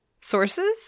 sources